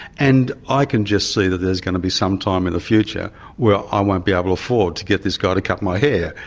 and i can just see that there's going to be some time in the future where i won't be able to afford to get this guy to cut my hair,